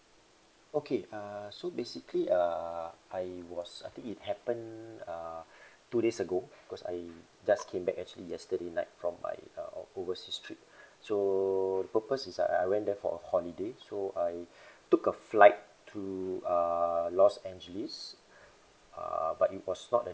okay uh so basically uh I was I think it happened uh two days ago because I just came back actually yesterday night from my uh overseas trip so the purpose is I I went there for a holiday so I took a flight to uh los angeles uh but it was not a